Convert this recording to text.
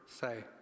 say